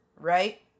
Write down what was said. right